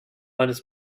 eines